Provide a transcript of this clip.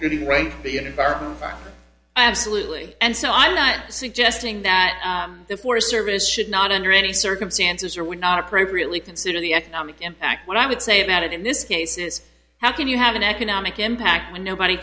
the right absolutely and so i'm not suggesting that the forest service should not under any circumstances or would not appropriately consider the economic impact what i would say about it in this case is how can you have an economic impact when nobody